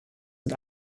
und